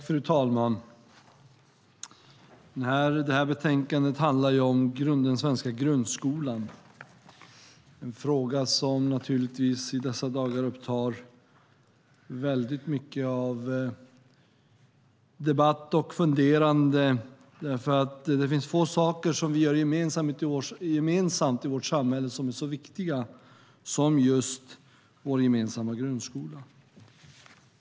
Fru talman! Det här betänkandet handlar om den svenska grundskolan - en fråga som i dessa dagar upptar väldigt mycket av debatt och funderande. Det finns få saker som vi har gemensamt i vårt samhälle som är så viktiga som just vår gemensamma grundskola.